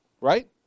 Right